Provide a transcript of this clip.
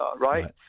right